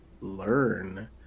Learn